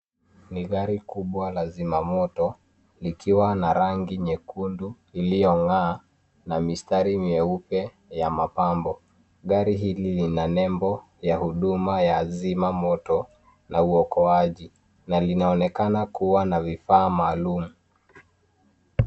Ni gari kubwa la zimamoto likiwa na rangi nyekundu iliyongaa na mistari mieupe ya mapambo gari hili lina nembo ya huduma ya zima moto na uokoaji na linaonekana kuwa na vifaa maalum